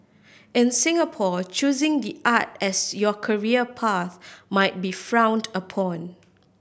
in Singapore choosing the art as your career path might be frowned upon